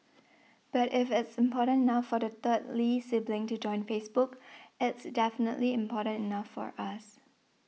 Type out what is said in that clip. but if it's important enough for the third Lee sibling to join Facebook it's definitely important enough for us